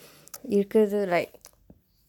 இருக்கிறது:irrukkirathu like